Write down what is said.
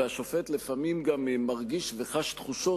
והשופט לפעמים גם מרגיש וחש תחושות